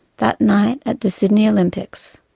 that night at the sydney olympics